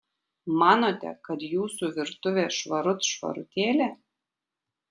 manote kad jūsų virtuvė švarut švarutėlė